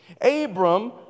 Abram